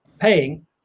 paying